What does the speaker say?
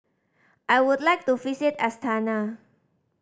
I would like to visit Astana